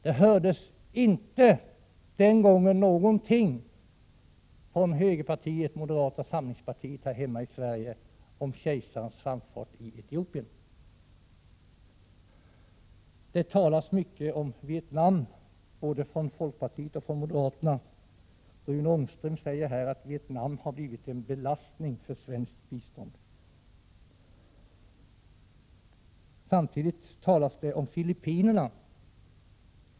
Den gången hördes det inte någonting från högerpartiet, moderata samlingspartiet, här hemma i Sverige om kejsarens framfart i Etiopien. Det talas mycket om Vietnam både från folkpartiet och från moderaterna. Rune Ångström säger att Vietnam har blivit en belastning för svenskt bistånd. Samtidigt talas det om Filippinerna.